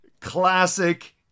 classic